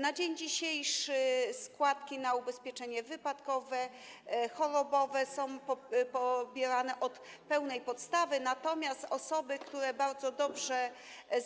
Na dzień dzisiejszy składki na ubezpieczenie wypadkowe, chorobowe są pobierane od pełnej podstawy, natomiast osoby, które bardzo dobrze